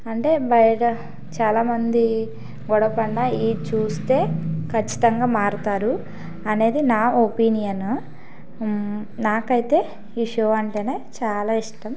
అంటే బయట చాలామంది గొడవ పడిన ఇది చూస్తే ఖచ్చితంగా మారుతారు అనేది నా ఒపీనిన్ నాకైతే ఈ షో అంటేనే చాలా ఇష్టం